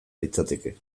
litzateke